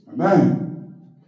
Amen